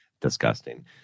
Disgusting